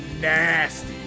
nasty